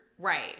Right